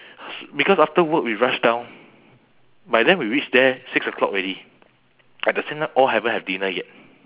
because after work we rush down by then we reach there six o'clock already at the same time all haven't have dinner yet